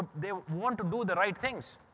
they want to do the right things.